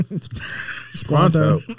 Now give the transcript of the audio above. Squanto